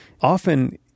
often